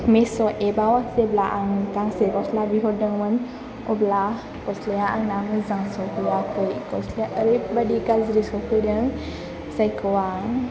मीश' app जेब्ला आं गांसे गस्ला बिहरदोंमोन अब्ला गस्लाया आंना मोजां सफैयाखै गस्लाया ओरैबायदि गाज्रि सफैदों जायखौ आं